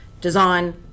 design